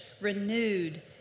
renewed